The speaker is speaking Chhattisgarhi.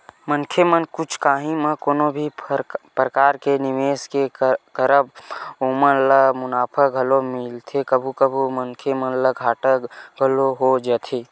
मनखे मन कुछु काही म कोनो भी परकार के निवेस के करब म ओमन ल मुनाफा घलोक मिलथे कभू कभू मनखे मन ल घाटा घलोक हो जाथे